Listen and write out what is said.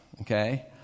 okay